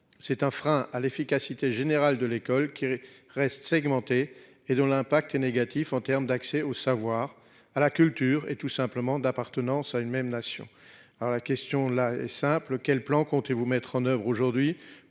C'est un frein à l'efficacité générale de l'école qui reste segmentée et dont l'impact négatif en termes d'accès au savoir, à la culture et tout simplement d'appartenance à une même nation. Alors la question, la simple quel plan comptez-vous mettre en oeuvre aujourd'hui